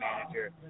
manager